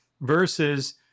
versus